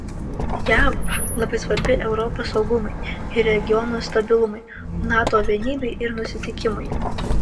jav labai svarbi europos saugumui ir regiono stabilumui nato vienybei ir nusiteikimui